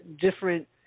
different